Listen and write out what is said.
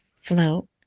float